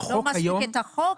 שהחוק היום --- לא מספיק את החוק,